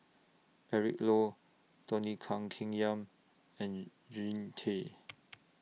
Eric Low Tony Kan Keng Yam and Jean Tay